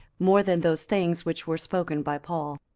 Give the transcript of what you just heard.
more than those things which were spoken by paul.